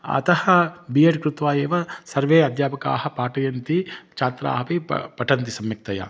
अतः B Ed कृत्वा एव सर्वे अध्यापकाः पाठयन्ति छात्राः अपि प पठन्ति सम्यक्तया